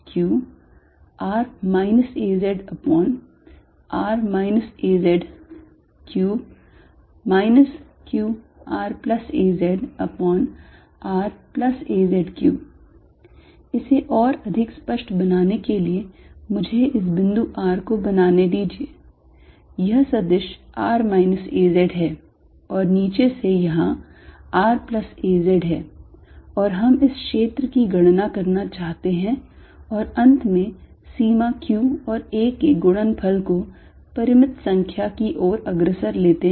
Er14π0qr azr az3 qrazraz3 इसे और अधिक स्पष्ट बनाने के लिए मुझे इस बिंदु r को बनाने दीजिये यह सदिश r minus 'az' है और नीचे से यह यहां r plus 'az' है और हम इस क्षेत्र की गणना करना चाहते हैं और अंत में सीमा q और a के गुणनफल को परिमित संख्या की ओर अग्रसर लेते हैं